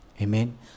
Amen